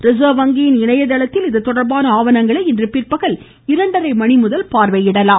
reserve வங்கியின் இணையதளத்தில் இதுதொடர்பான ஆவணங்களை இன்று பிற்பகல் இரண்டரை மணி முதல் பார்வையிடலாம்